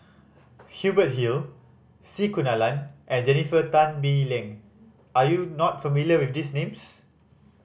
Hubert Hill C Kunalan and Jennifer Tan Bee Leng are you not familiar with these names